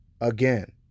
again